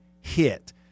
hit